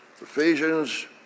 Ephesians